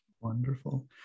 Wonderful